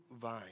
vine